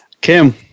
Kim